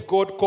God